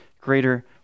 greater